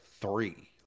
three